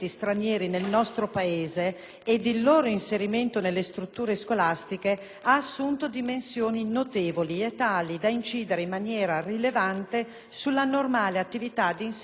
il loro inserimento nelle strutture scolastiche ha assunto dimensioni notevoli e tali da incidere in maniera rilevante sulla normale attività di insegnamento e apprendimento.